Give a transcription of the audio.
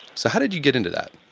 so how did you get into that?